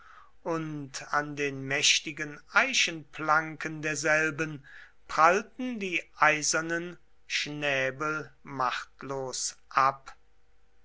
und an den mächtigen eichenplanken derselben prallten die eisernen schnäbel machtlos ab